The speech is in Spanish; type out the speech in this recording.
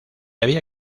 había